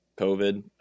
COVID